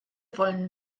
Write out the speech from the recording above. wollen